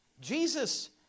Jesus